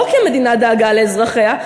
לא כי המדינה דאגה לאזרחיה,